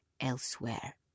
elsewhere